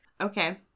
Okay